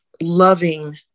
loving